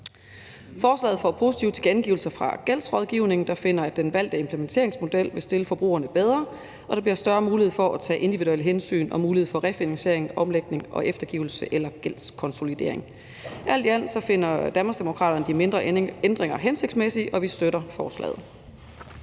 Forslaget får positive tilkendegivelser fra gældsrådgivningen, der finder, at den valgte implementeringsmodel vil stille forbrugerne bedre, og der bliver større mulighed for at tage individuelle hensyn og mulighed for refinansiering, omlægning og eftergivelse eller gældskonsolidering. Alt i alt finder Danmarksdemokraterne de mindre ændringer hensigtsmæssige, og vi støtter forslaget.